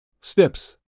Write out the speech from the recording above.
Steps